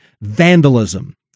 Vandalism